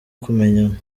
kumenyana